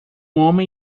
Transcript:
homem